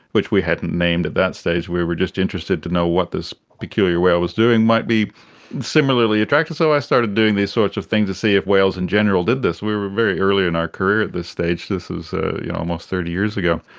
which we hadn't named at that stage, we were just interested to know what this peculiar whale was doing, might be similarly attracted. so i started doing these sorts of things to see if whales in general did this. we were very early in our career at this stage, this was ah yeah almost thirty years ago.